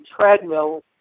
treadmill